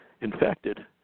infected